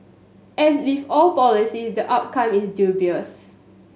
as with all policies the outcome is dubious